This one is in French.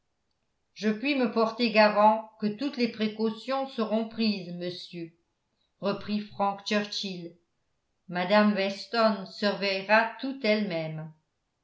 je puis me porter garant que toutes les précautions seront prises monsieur reprit frank churchill mme weston surveillera tout elle-même